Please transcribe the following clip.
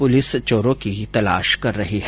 police चोरों की तलाश कर रही है